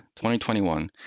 2021